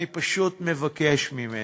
אני פשוט מבקש ממנו: